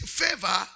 favor